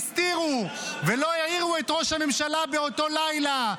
כל אותם אלו שישבו והסתירו ולא העירו את ראש הממשלה באותו לילה,